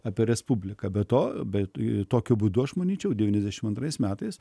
apie respubliką be to bet tai tokiu būdu aš manyčiau devyniasdešimt antrais metais